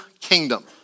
kingdom